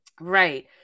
Right